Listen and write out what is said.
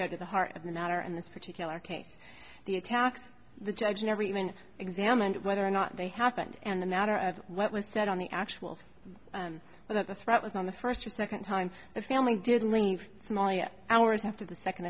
go to the heart of the matter in this particular case the attacks the judge never even examined whether or not they happened and the matter of what was said on the actual of the threat was on the first or second time the family did leave somalia hours after the second